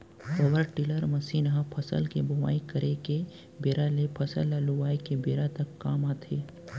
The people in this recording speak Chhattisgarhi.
पवर टिलर मसीन ह फसल के बोवई करे के बेरा ले फसल ल लुवाय के बेरा तक काम आथे